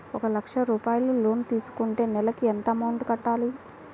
ఒక లక్ష రూపాయిలు లోన్ తీసుకుంటే నెలకి ఎంత అమౌంట్ కట్టాలి?